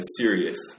serious